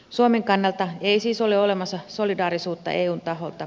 suomen kannalta ei siis ole olemassa solidaarisuutta eun taholta